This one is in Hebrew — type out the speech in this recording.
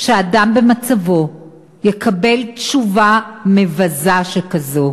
שאדם במצבו יקבל תשובה מבזה שכזאת?